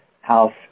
House